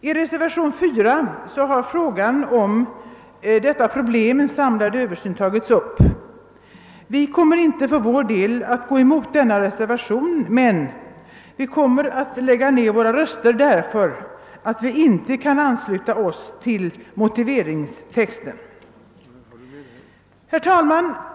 I reservation 4 har frågan om en samlad översyn av vuxenutbildningsområdet tagits upp. Vi kommer för vår del inte att gå emot denna reservation, men vi kommer att lägga ner våra röster därför att vi inte kan ansluta oss till motiveringen i reservationen. Herr talman!